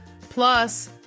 Plus